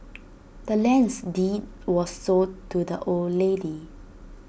the land's deed was sold to the old lady